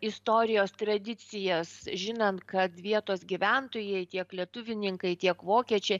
istorijos tradicijas žinant kad vietos gyventojai tiek lietuvininkai tiek vokiečiai